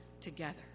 together